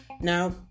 now